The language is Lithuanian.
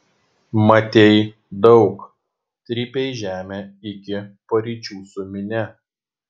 matei daug trypei žemę iki paryčių su minia